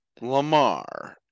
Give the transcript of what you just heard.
Lamar